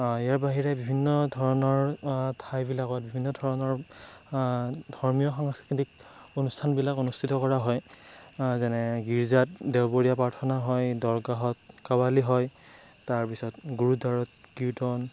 ইয়াৰ বাহিৰে বিভিন্ন ধৰণৰ ঠাইবিলাকত বিভিন্ন ধৰণৰ ধৰ্মীয় সাংস্কৃতিক অনুষ্ঠানবিলাক অনুস্থিত কৰা হয় যেনে গীৰ্জাত দেওবৰীয়া প্ৰাৰ্থনা হয় দৰগাহত কাৱালী হয় তাৰ পাছত গুৰুদ্বাৰত কীৰ্তন